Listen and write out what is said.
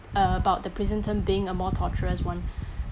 uh about the prison term being a more torturous [one] uh